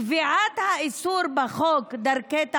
קביעת האיסור בחוק דרכי תעמולה,